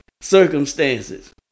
circumstances